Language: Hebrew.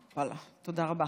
ואללה, תודה רבה.